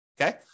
Okay